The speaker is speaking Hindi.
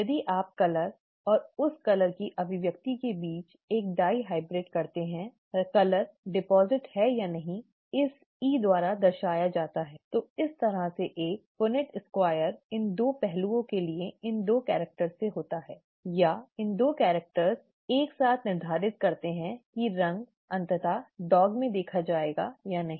यदि आप रंग और उस रंग की अभिव्यक्ति के बीच एक डायहाइब्रिड करते हैं ठीक रंग जमा है या नहीं इस E द्वारा दर्शाया जाता है तो इस तरह के एक पनिट् स्क्वायर इन 2 पहलुओं के लिए इन 2 कैरिक्टर से होता है या इन 2 कैरिक्टर एक साथ निर्धारित करते हैं कि रंग अंततः डॉग में देखा जाएगा या नहीं